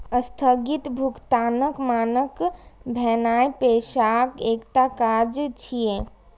स्थगित भुगतानक मानक भेनाय पैसाक एकटा काज छियै